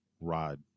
rod